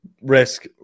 risk